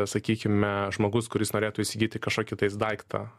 sakykime žmogus kuris norėtų įsigyti kažkokį tais daiktą